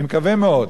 אני מקווה מאוד,